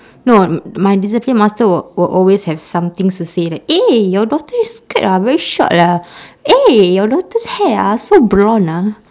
no m~ my discipline master will will always have some things to say like eh your daughter's skirt ah very short ah eh your daughter's hair ah so blonde ah